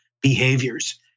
behaviors